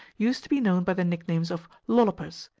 used to be known by the nicknames of lollopers,